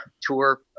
tour